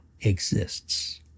exists